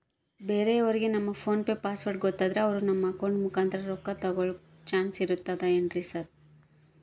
ಬೇರೆಯವರಿಗೆ ನಮ್ಮ PhonePe password ಗೊತ್ತಾದ್ರೆ ಅವರು ನಮ್ಮ ಅಕೌಂಟ್ ಮುಖಾಂತರ ರೊಕ್ಕ ತಕ್ಕೊಳ್ಳೋ ಚಾನ್ಸ್ ಇರ್ತದೆನ್ರಿ ಸರ್?